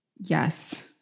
Yes